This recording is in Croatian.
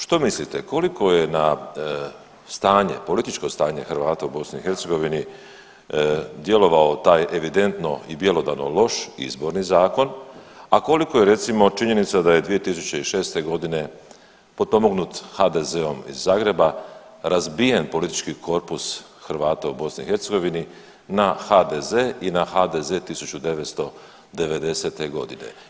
Što mislite koliko je na stanje, političko stanje Hrvata u BiH djelovao taj evidentno i bjelodano loš izborni zakon, a koliko je recimo činjenica da je 2006.g. potpomognut HDZ-om iz Zagreba razbijen politički korpus Hrvata u BiH na HDZ i na HDZ 1990.g.